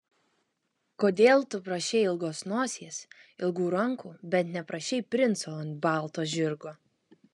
kodėl tu prašei ilgos nosies ilgų rankų bet neprašei princo ant balto žirgo